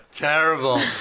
Terrible